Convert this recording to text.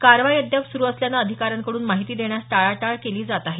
कारवाई अद्याप सुरू असल्याने अधिकाऱ्यांकडून माहिती देण्यास टाळाटाळ केली जात आहे